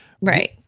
Right